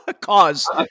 Cause